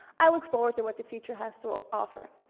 i look forward to what the future has to ah offer.